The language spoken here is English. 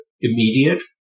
immediate